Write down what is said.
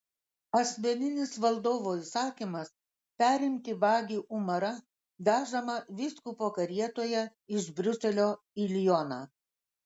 asmeninis valdovo įsakymas perimti vagį umarą vežamą vyskupo karietoje iš briuselio į lioną